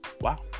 wow